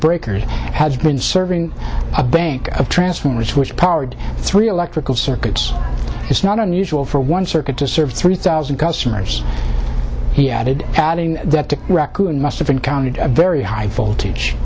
breakers has been serving a bank of transformers which powered three electrical circuits it's not unusual for one circuit to serve three thousand customers he added adding that the raccoon must have been counted a very high voltage